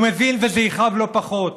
הוא מבין וזה יכאב לא פחות.